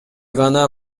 гана